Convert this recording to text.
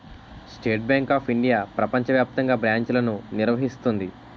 state Bank of India ప్రపంచ వ్యాప్తంగా బ్రాంచ్లను నిర్వహిస్తుంది